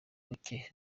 buke